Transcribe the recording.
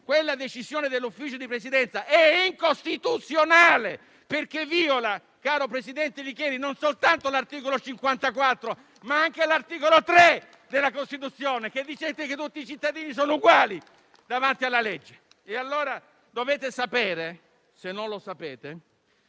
quella decisione del Consiglio di Presidenza era incostituzionale, perché viola, presidente Licheri, non soltanto l'articolo 54, ma anche l'articolo 3 della Costituzione, secondo il quale tutti i cittadini sono uguali davanti alla legge. Dovete sapere - se non lo sapete